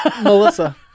Melissa